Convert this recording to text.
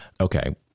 okay